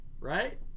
Right